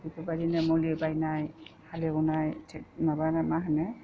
बेफोरबायदिनो मुलि बायनाय हालेवनाय माबा मा होनो